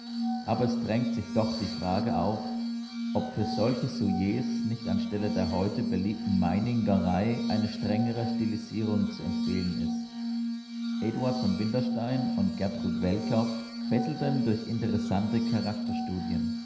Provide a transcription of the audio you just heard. aber es drängt sich doch die frage auf ob für solche sujets nicht an stelle der heute beliebten meiningerei eine strengere stilisierung zu empfehlen ist eduard v winterstein und gertrud welcker fesselten durch interessante